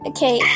Okay